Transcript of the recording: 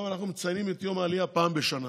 אומנם אנחנו מציינים את יום העלייה פעם בשנה,